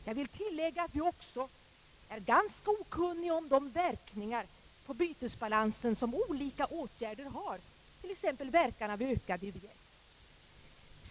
Jag vill tillägga att vi också är ganska okunniga om de verkningar på bytesbalansen som olika åtgärder har, t.ex. verkan av ökad u-hjälp.